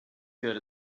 good